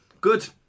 Good